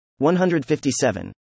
157